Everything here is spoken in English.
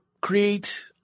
create